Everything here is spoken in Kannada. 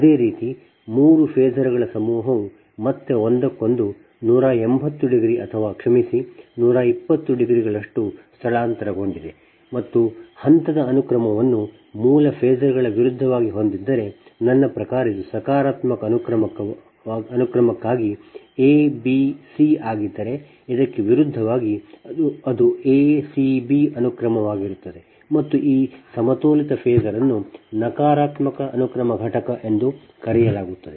ಅದೇ ರೀತಿ ಮೂರು ಫೇಸರ್ ಗಳ ಸಮೂಹವು ಮತ್ತೆ ಒಂದಕ್ಕೊಂದು 180 ಡಿಗ್ರಿ ಅಥವಾ ಕ್ಷಮಿಸಿ 120 ಡಿಗ್ರಿಗಳಷ್ಟು ಸ್ಥಳಾಂತರಗೊಂಡಿದೆ ಮತ್ತು ಹಂತದ ಅನುಕ್ರಮವನ್ನು ಮೂಲ ಫೇಸರ್ ಗಳ ವಿರುದ್ಧವಾಗಿ ಹೊಂದಿದ್ದರೆ ನನ್ನ ಪ್ರಕಾರ ಇದು ಸಕಾರಾತ್ಮಕ ಅನುಕ್ರಮಕ್ಕಾಗಿ abcಎಬಿಸಿ ಆಗಿದ್ದರೆ ಇದಕ್ಕೆ ವಿರುದ್ಧವಾಗಿ ಅದು acb ಅನುಕ್ರಮವಾಗಿರುತ್ತದೆ ಮತ್ತು ಈ ಸಮತೋಲಿತ ಫೇಸರ್ ಅನ್ನು ನಕಾರಾತ್ಮಕ ಅನುಕ್ರಮ ಘಟಕ ಎಂದು ಕರೆಯಲಾಗುತ್ತದೆ